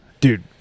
Dude